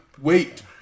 Wait